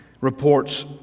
reports